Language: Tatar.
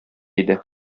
иде